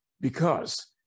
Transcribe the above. Because-